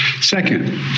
Second